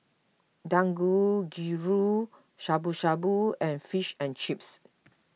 Dangojiru Shabu Shabu and Fish and Chips